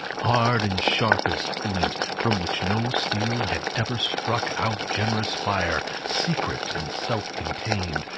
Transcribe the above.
hard and sharp as flint, from which no steel had ever struck out generous fire secret, and self-contained,